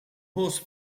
horse